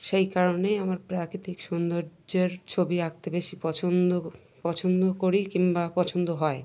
সেই কারণেই আমার প্রাকৃতিক সৌন্দর্যের ছবি আঁকতে বেশি পছন্দ পছন্দ করি কিংবা পছন্দ হয়